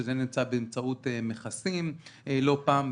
שזה נמצא באמצעות מכסים לא פעם,